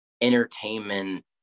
entertainment